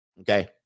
Okay